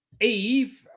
Eve